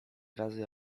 razy